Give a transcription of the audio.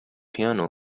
piano